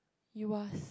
you are